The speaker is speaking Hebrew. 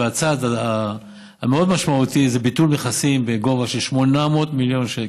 והצעד המאוד-משמעותי זה ביטול מכסים בגובה של 800 מיליון שקל.